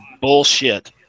bullshit